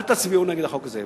אל תצביעו נגד החוק הזה.